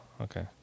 okay